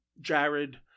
Jared